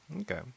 Okay